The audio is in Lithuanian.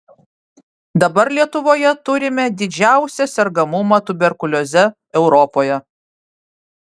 dabar lietuvoje turime didžiausią sergamumą tuberkulioze europoje